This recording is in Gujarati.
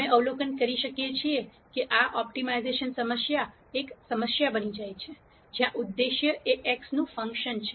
અમે અવલોકન કરીએ છીએ કે આ ઓપ્ટિમાઇઝેશન સમસ્યા એક સમસ્યા બની જાય છે જ્યાં ઉદ્દેશ્ય એ x નું ફંક્શન છે